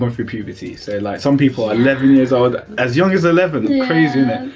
um through puberty so like some people are eleven years old, as young as eleven crazy innit?